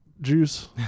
juice